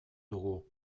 dugu